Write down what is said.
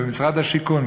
ומשרד השיכון,